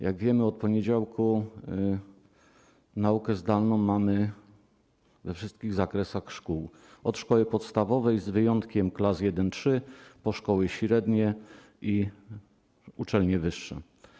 Jak wiemy, od poniedziałku naukę zdalną mamy we wszystkich zakresach szkół, od szkół podstawowych, z wyjątkiem klas I-III, po szkoły średnie i uczelnie wyższe.